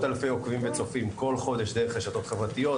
אלפי עוקבים וצופים כל חודש דרך רשתות חברתיות,